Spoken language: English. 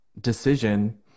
decision